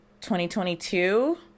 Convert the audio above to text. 2022